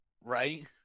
Right